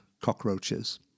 cockroaches